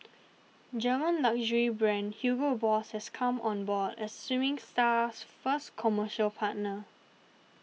German luxury brand Hugo Boss has come on board as swimming star's first commercial partner